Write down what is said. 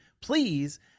please